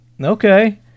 Okay